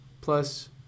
Plus